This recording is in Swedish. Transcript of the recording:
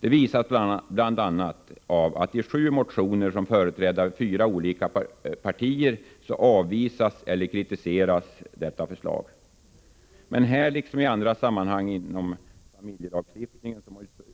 Det visas bl.a. av att detta förslag avvisas eller kritiseras i sju motioner från företrädare för fyra olika partier. Men här liksom i andra sammanhang inom familjelagstiftningen